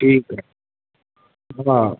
ठीक है हाँ